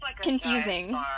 confusing